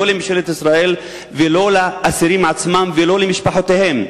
לא לממשלת ישראל ולא לאסירים עצמם ולא למשפחותיהם,